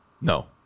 No